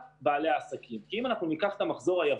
את מה שמגיע להם או שלא ייקחו את מה שמגיע להם,